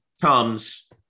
comes